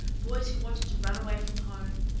boys who wanted to run away from home,